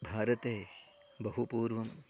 भारते बहु पूर्वम्